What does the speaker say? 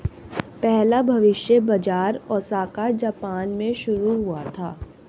पहला भविष्य बाज़ार ओसाका जापान में शुरू हुआ था